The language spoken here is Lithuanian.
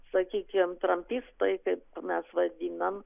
sakykim trampistai kaip mes vadinam